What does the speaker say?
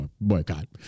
boycott